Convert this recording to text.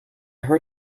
heard